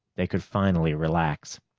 they could finally relax.